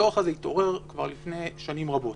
הצורך הזה התעורר כבר לפני שנים רבות,